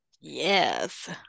Yes